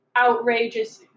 outrageous